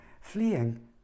fleeing